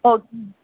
okay